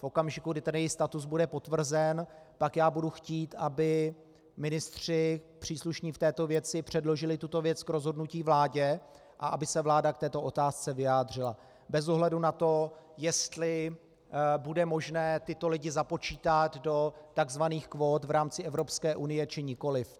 V okamžiku, kdy jejich status bude potvrzen, pak já budu chtít, aby ministři příslušní v této věci předložili tuto věc k rozhodnutí vládě a aby se vláda k této otázce vyjádřila bez ohledu na to, jestli bude možné tyto lidi započítat do takzvaných kvót v rámci Evropské unie, či nikoliv.